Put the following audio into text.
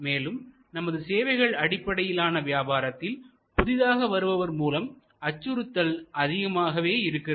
மேலும் நமது சேவைகள் அடிப்படையிலான வியாபாரத்தில் புதிதாக வருபவர் மூலம் அச்சுறுத்தல் அதிகமாகவே இருக்கிறது